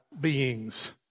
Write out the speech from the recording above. beings